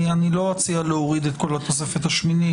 אני לא אציע להוריד את כל התוספת השמינית.